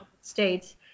States